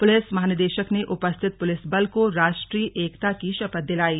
police महानिदेशक ने उपस्थित पुलिस बल को राष्ट्रीय एकता की शपथ दिलायी